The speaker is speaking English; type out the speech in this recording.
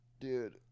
Dude